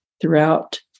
throughout